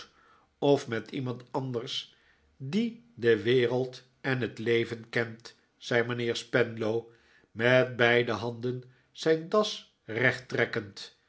of met iemand anders die de wereld en het leven kent zei mijnheer spenlow met beide handen zijn das